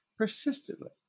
persistently